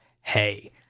hey